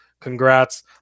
congrats